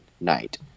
Night